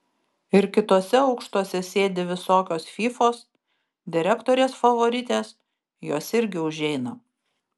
ir kituose aukštuose sėdi visokios fyfos direktorės favoritės jos irgi užeina